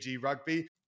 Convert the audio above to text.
Rugby